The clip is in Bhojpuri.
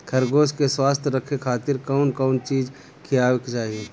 खरगोश के स्वस्थ रखे खातिर कउन कउन चिज खिआवे के चाही?